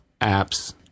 apps